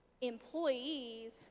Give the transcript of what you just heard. employees